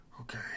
Okay